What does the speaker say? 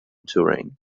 touring